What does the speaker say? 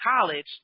college